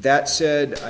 that said i